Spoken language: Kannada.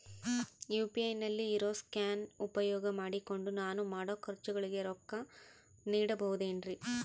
ಯು.ಪಿ.ಐ ನಲ್ಲಿ ಇರೋ ಸ್ಕ್ಯಾನ್ ಉಪಯೋಗ ಮಾಡಿಕೊಂಡು ನಾನು ಮಾಡೋ ಖರ್ಚುಗಳಿಗೆ ರೊಕ್ಕ ನೇಡಬಹುದೇನ್ರಿ?